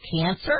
cancer